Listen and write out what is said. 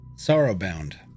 Sorrow-bound